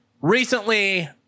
Recently